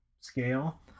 Scale